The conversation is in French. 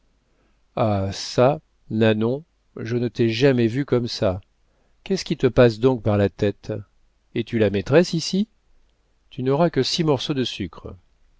ha çà nanon je ne t'ai jamais vue comme ça qu'est-ce qui te passe donc par la tête es-tu la maîtresse ici tu n'auras que six morceaux de sucre